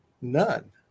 None